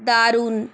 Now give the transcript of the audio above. দারুন